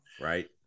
Right